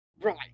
right